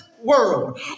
world